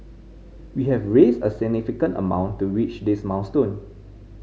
we have raised a significant amount to reach this milestone